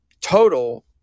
total